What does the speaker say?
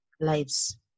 lives